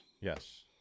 Yes